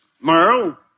Merle